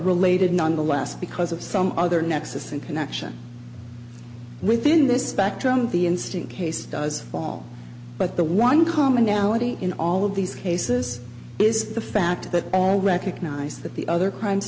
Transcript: related nonetheless because of some other nexus and connection within this spectrum the instant case does fall but the one commonality in all of these cases is the fact that all recognize that the other crimes